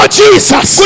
jesus